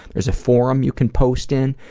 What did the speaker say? there's a forum you can post in,